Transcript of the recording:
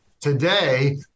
today